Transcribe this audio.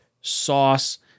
Sauce